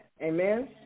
Amen